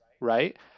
right